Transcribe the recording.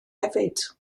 hefyd